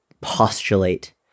postulate